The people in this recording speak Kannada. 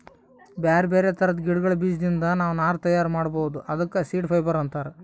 ಬ್ಯಾರೆ ಬ್ಯಾರೆ ಥರದ್ ಗಿಡಗಳ್ ಬೀಜದಿಂದ್ ನಾವ್ ನಾರ್ ತಯಾರ್ ಮಾಡ್ಬಹುದ್ ಅದಕ್ಕ ಸೀಡ್ ಫೈಬರ್ ಅಂತಾರ್